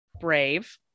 brave